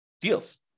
deals